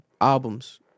albums